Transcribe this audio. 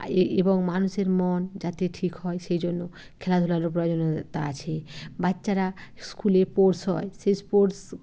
I এই এবং মানুষের মন যাতে ঠিক হয় সেই জন্য খেলাধূলারও প্রয়োজনীয়তা আছে বাচ্চারা স্কুলে স্পোর্টস হয় সেই স্পোর্টস